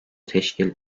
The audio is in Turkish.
teşkil